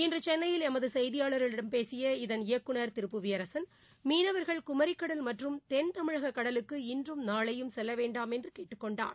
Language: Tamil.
இன்று சென்னையில் எமது செய்தியாளரிடம் பேசிய அதன் இயக்குநர் திரு புவியரசன் மீனவர்கள் ப்பு குமரிக்கடல் மற்றும் தென்தமிழக கடலுக்கு இனறும் நாளையும் செல்ல வேண்டாம் என்று கேட்டுக் கொண்டார்